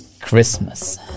Christmas